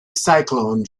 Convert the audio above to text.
cyclone